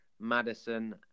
Madison